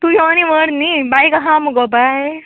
तूं यो आनी व्हर न्ही बायक आसा मुगो बाय